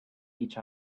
each